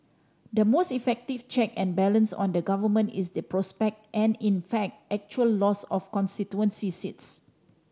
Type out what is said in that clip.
the most effective check and balance on the Government is the prospect and in fact actual loss of constituency seats